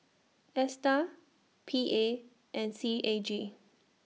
ASTAR P A and C A G